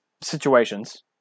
situations